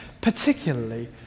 particularly